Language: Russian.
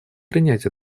принять